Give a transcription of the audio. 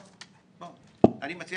אני מציע